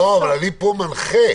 אבל פה אני מנחה,